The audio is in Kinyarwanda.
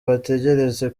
bategereze